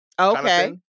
Okay